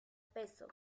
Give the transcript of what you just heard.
peso